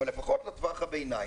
אבל לפחות לטווח הבינים.